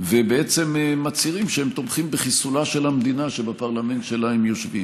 בעצם להצהיר שהם תומכים בחיסולה של המדינה שבפרלמנט שלה הם יושבים.